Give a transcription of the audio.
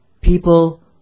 people